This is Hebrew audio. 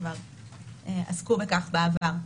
שכבר עסקו בכך בעבר.